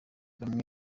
bamwe